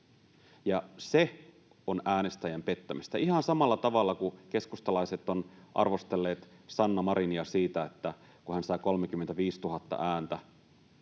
se on äänestäjien pettämistä, ihan samalla tavalla kuin keskustalaiset ovat arvostelleet Sanna Marinia siitä, että kun hän sai 35 000 ääntä